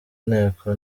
nteko